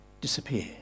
disappear